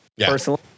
personally